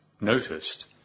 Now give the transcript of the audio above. noticed